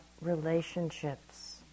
relationships